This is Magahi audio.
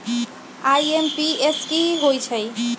आई.एम.पी.एस की होईछइ?